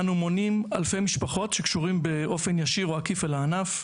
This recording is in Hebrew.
אנו מונים אלפי משפחות שקשורים באופן ישיר או עקיף אל הענף.